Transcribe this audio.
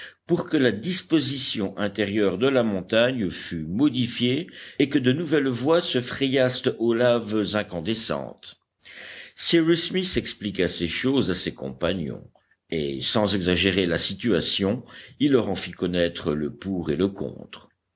pour que la disposition intérieure de la montagne fût modifiée et que de nouvelles voies se frayassent aux laves incandescentes cyrus smith expliqua ces choses à ses compagnons et sans exagérer la situation il leur en fit connaître le pour et le contre